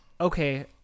Okay